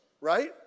right